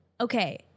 okay